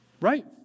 Right